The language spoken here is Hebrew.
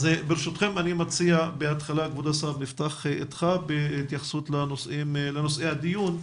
אז ברשותכם אני מציע בהתחלה כבוד השר נפתח איתך בהתייחסות לנושאי הדיון.